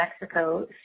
Mexico